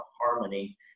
harmony